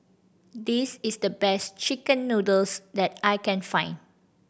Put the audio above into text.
this is the best chicken noodles that I can find